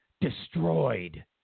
destroyed